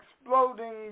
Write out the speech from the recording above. Exploding